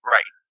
Right